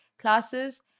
classes